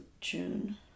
June